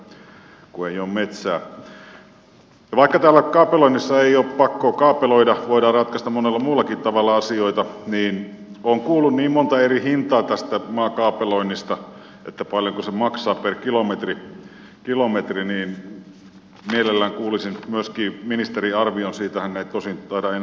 ja vaikka kaapeloinnissa ei ole pakko kaapeloida voidaan ratkaista monella muullakin tavalla asioita niin kun olen kuullut niin monta eri hintaa tästä maakaapeloinnista paljonko se maksaa per kilometri niin mielelläni kuulisin myöskin ministerin arvion siitä hän ei tosin taida enää olla salissa